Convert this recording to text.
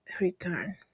return